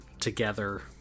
together